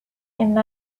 and